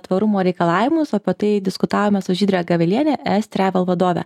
tvarumo reikalavimus apie tai diskutavome su žydre gaveliene es travel vadove